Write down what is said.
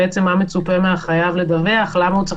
מה מצופה מהחייב לדווח - למה הוא צריך